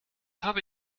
habe